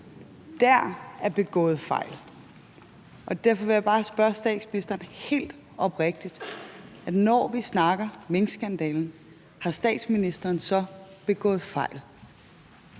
»Der« er begået fejl. Og derfor vil jeg bare spørge statsministeren helt oprigtigt: Når vi snakker minkskandalen, har statsministeren så begået fejl?